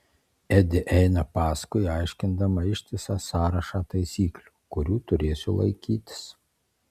edi eina paskui aiškindama ištisą sąrašą taisyklių kurių turėsiu laikytis